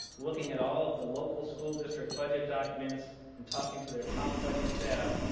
looking at all of the local school district budget documents and talking to their top budget staff,